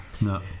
No